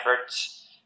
efforts